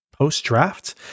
post-draft